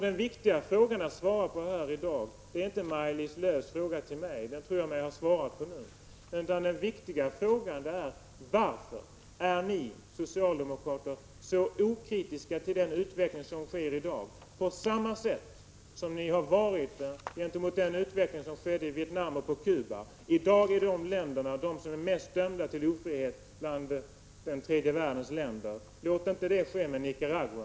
Den viktiga frågan att svara på i dag är inte Maj-Lis Lööws fråga till mig — den tror jag mig ha svarat på nu — utan den är: Varför är ni socialdemokrater så okritiska inför den utveckling som sker i dag, på samma sätt som ni har varit det gentemot den utveckling som skedde i Vietnam och på Cuba? I dag är de de länder som är dömda till den största ofriheten bland tredje världens länder. Låt inte det ske med Nicaragua!